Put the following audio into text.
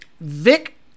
Vic